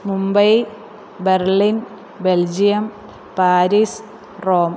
Mumbai Berlin Belgium Paris Rome